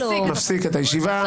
מפסיק את הישיבה,